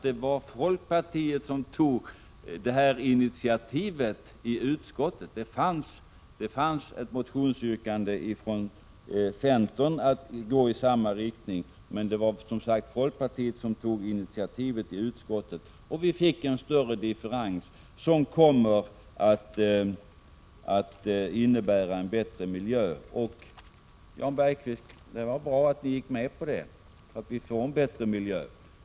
Det var folkpartiet som tog detta initiativ i utskottet. Det fanns ett yrkande från centern i samma riktning, men det var som sagt folkpartiet som tog initiativet, och vi fick därmed en större differens som kommer att innebära en bättre miljö. Det var bra, Jan Bergqvist, att ni gick med på det, så att vi får en bättre miljö.